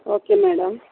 okay madam